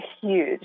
huge